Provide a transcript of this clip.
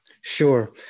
Sure